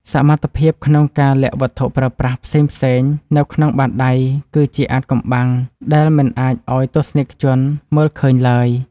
សមត្ថភាពក្នុងការលាក់វត្ថុប្រើប្រាស់ផ្សេងៗនៅក្នុងបាតដៃគឺជាអាថ៌កំបាំងដែលមិនអាចឱ្យទស្សនិកជនមើលឃើញឡើយ។